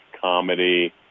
comedy